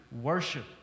worship